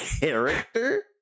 character